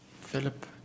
Philip